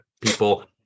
people